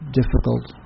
difficult